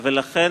ולכן,